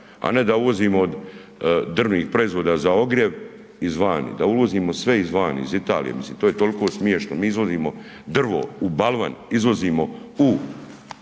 a ne da uvozimo od drvnih proizvoda za ogrjev iz vani, da uvozimo sve iz vani, iz Italije mislim to je tolko smješno, mi izvozimo drvo u balvan, izvozimo u,